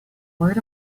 word